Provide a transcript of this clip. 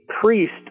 priest